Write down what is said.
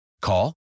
Call